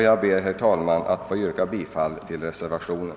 Jag ber, herr talman, att få yrka bifall till reservationen.